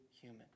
human